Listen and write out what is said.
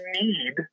need